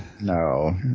No